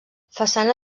façana